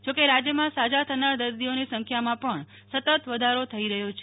જો કે રાજ્યમાં સાજા થનાર દર્દીઓની સંખ્યામાં પણ સતત વધારો થઈ રહ્યો છે